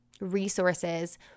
resources